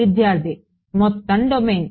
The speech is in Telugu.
విద్యార్థి మొత్తం డొమైన్